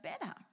better